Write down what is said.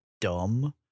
dumb